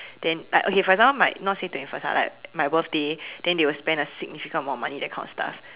then like okay for example like my not say twenty first like my birthday then they will sent a significant amount of money that kind of stuff